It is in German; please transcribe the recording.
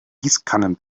gießkannen